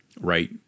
right